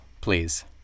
please